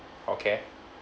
okay